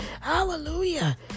Hallelujah